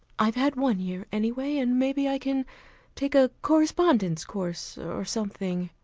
i've had one year, anyway. and maybe i can take a correspondence course, or something